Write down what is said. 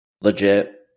legit